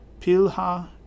Pilha